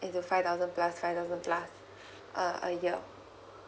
into five thousand plus five thousand plus uh a year